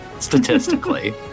Statistically